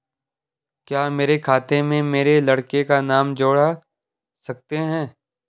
क्या मेरे खाते में मेरे लड़के का नाम जोड़ सकते हैं?